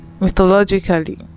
mythologically